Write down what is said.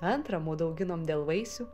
antrą mudu auginom dėl vaisių